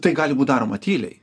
tai gali būt daroma tyliai